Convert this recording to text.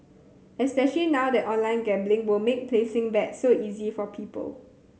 especially now that online gambling will make placing bets so easy for people